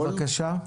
בבקשה.